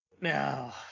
now